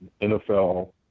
NFL